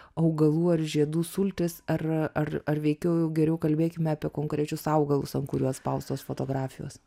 augalų ar žiedų sultis ar ar ar veikiau jau geriau kalbėkime apie konkrečius augalus ant kurių atspaustos fotografijos